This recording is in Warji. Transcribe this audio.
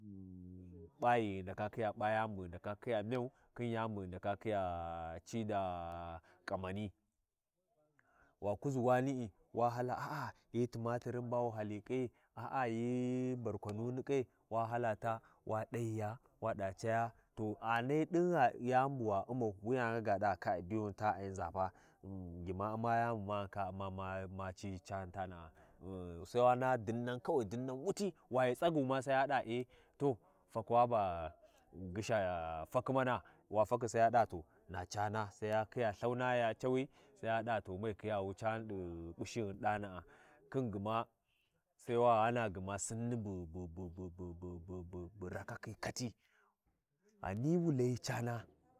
Wa ghi ghu ndaka khiya p’a yani bu ghi ndaka khiya myau, ghi ndaka khiya cida ƙamani, wa kuʒi wani’i wa hala a’a, hyi timaturin ba wu hali kye? Aa hyi barkwanoni kyei, wa hala fa wa t’iya, waɗa caya’a to a lai ɗingha yani buwa Ummau, wi a ndaka gi ɗa kai duyuni tani ai nʒa pa, mjn-gyama Umma yani bu ma ndaka Umma maci cani tana’a ghi sai wa naha dinan kawai, dinnan wuti, wa ghi tsagu ma saiya ɗa e fakhi mana ya khiya Launa ya cawi, sai ya ɗa to me khiyawi cani ɗi bushighin ɗana’a, khingma sai wa ghana gma Sinni bu-bu-bu-bu rakakhi kati ghani wu Layi cana.